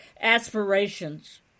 aspirations